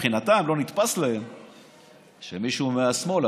כי מבחינתם זה לא נתפס שמישהו מהשמאל,